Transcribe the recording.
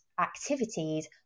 activities